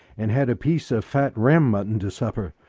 and had a piece of fat ram-mutton to supper,